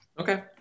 Okay